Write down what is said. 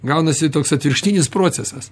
gaunasi toks atvirkštinis procesas